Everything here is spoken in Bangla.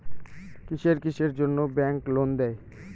কিসের কিসের জন্যে ব্যাংক লোন দেয়?